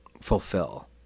fulfill